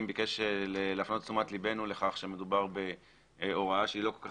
ביקש להפנות את תשומת ליבנו לכך שמדובר בהוראה שהיא לא כל כך